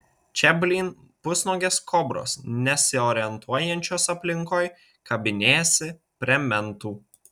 čia blyn pusnuogės kobros nesiorientuojančios aplinkoj kabinėjasi prie mentų